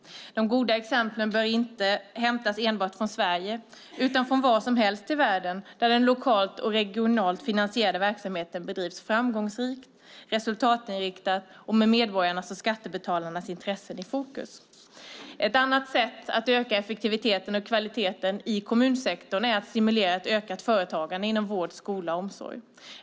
De goda exemplen bör inte hämtas enbart från Sverige, utan från var som helst i världen där den lokalt och regionalt finansierade verksamheten bedrivs framgångsrikt, resultatinriktat och med medborgarnas och skattebetalarnas intressen i fokus. Ett annat sätt att öka effektiviteten och kvaliteten i kommunsektorn är att stimulera ett ökat företagande inom vård, skola och omsorg.